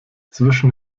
zwischen